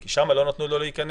כי שם לא נתנו לו להיכנס.